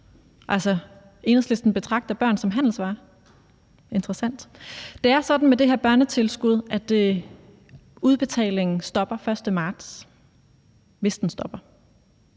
Altså, Enhedslisten betragter børn som en handelsvare? Interessant. Det er sådan med det her børnetilskud, at udbetalingen stopper den 1. marts, hvis den stopper,